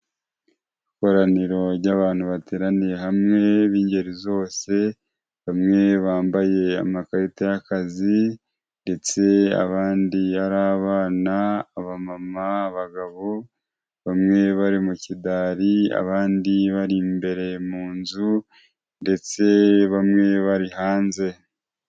Ikoraniro ry'abantu bateraniye hamwe b'ingeri zose, bamwe bambaye amakarita y'akazi ndetse abandi ari abana, abamama, abagabo bamwe bari mu kidari, abandi bari imbere mu nzu ndetse bamwe bari hanze.